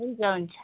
हुन्छ हुन्छ